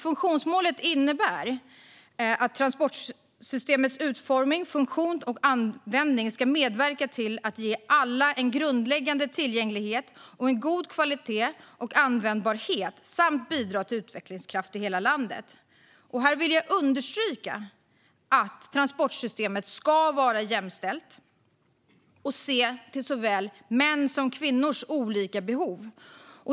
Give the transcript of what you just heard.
Funktionsmålet innebär att transportsystemets utformning, funktion och användning ska medverka till att ge alla en grundläggande tillgänglighet och en god kvalitet och användbarhet samt bidra till utvecklingskraft i hela landet. Här vill jag understryka att transportsystemet ska vara jämställt och se till såväl mäns som kvinnors olika behov.